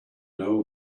know